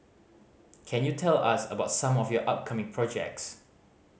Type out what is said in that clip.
can you tell us about some of your upcoming projects